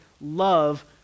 love